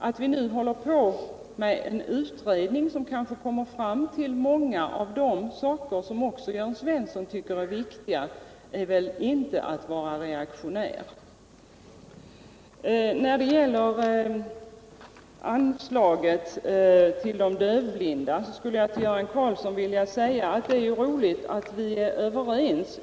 Att vi nu håller på med en utredning, som kanske kommer fram till mycket av det som också Jörn Svensson tycker är viktigt, är väl inte att vara reaktionär. När det gäller anslaget till de dövblinda är det roligt att Göran Karlsson och jag är överens.